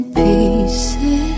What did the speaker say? pieces